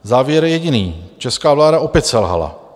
Závěr je jediný: česká vláda opět selhala.